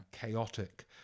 chaotic